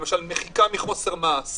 למשל, מחיקה מחוסר מעש